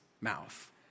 mouth